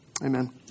Amen